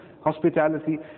hospitality